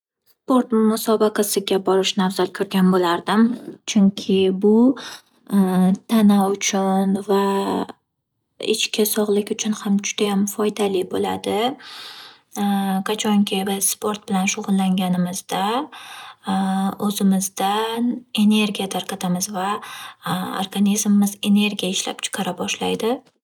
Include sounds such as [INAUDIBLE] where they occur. Sport musobaqasiga borishni afzal ko'rgan bo'lardim. Chunki bu [HESITATION] tana uchun va ichki sog'lik uchun ham judayam foydali bo'ladi. [HESITATION] Qachonki biz sport bilan shug'ullanganimizda [HESITATION] o'zimizdan energiya tarqatamiz va organizmimiz energiya ishlab chiqara boshlaydi.